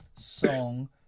song